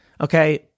okay